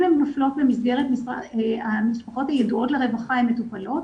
אם הן נופלות במסגרת המשפחות הידועות לרווחה הן מטופלות,